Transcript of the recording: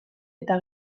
eta